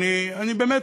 באמת,